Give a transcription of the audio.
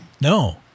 No